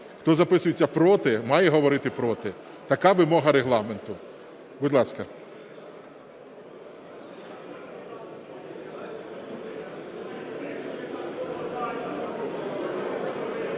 хто записується "проти", має говорити "проти". Така вимога Регламенту. Будь ласка.